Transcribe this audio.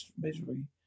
misery